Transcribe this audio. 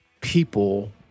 people